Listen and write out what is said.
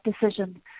decision